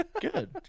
Good